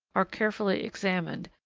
are carefully examined,